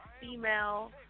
female